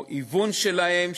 או היוון שלהם,